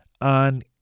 on